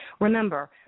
Remember